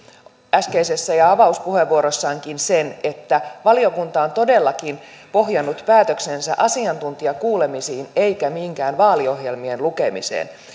äskeisessä ja avauspuheenvuorossaankin sen että valiokunta on todellakin pohjannut päätöksensä asiantuntijakuulemisiin eikä minkään vaaliohjelmien lukemiseen